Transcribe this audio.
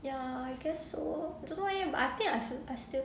ya I guess so I don't know leh but I think I feel I still